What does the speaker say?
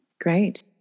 Great